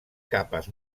capes